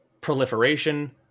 proliferation